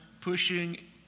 pushing